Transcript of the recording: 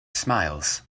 smiles